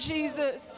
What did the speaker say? Jesus